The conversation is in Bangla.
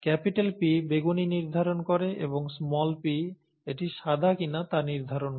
P বেগুনি নির্ধারণ করে এবং p এটি সাদা কিনা তা নির্ধারণ করে